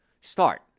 Start